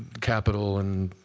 capital and